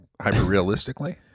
hyper-realistically